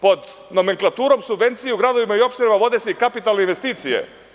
Pod nomenklaturom subvencija u gradovima i opštinama vode se i kapitalne investicije.